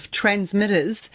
transmitters